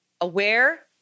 aware